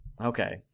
Okay